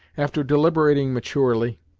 after deliberating maturely,